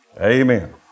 Amen